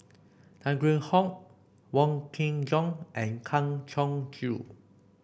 Tan Kheam Hock Wong Kin Jong and Kang Siong Joo